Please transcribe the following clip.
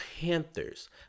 Panthers